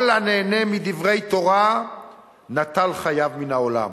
כל הנהנה מדברי תורה נטל חייו מן העולם.